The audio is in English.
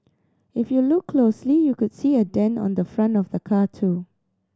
if you look closely you could see a dent on the front of the car too